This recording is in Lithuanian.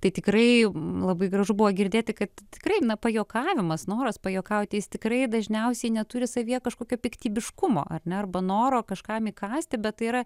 tai tikrai labai gražu buvo girdėti kad tikrai pajuokavimas noras pajuokauti jis tikrai dažniausiai neturi savyje kažkokio piktybiškumo ar ne arba noro kažkam įkąsti bet tai yra